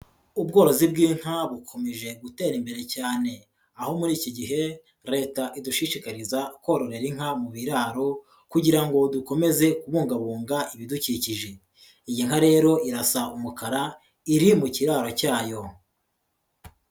Ubworozi bw'inka bukomeje gutera imbere cyane, aho muri iki gihe Leta idushishikariza kororera inka mu biraro kugira ngo dukomeze kubungabunga ibidukikije, iyi nka rero irasa umukara iri mu kiraro cyayo.